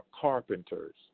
carpenters